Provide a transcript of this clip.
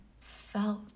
felt